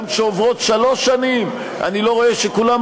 גם כשעוברות שלוש שנים אני לא רואה שכולם